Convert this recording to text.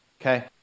okay